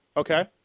Okay